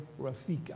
Rafika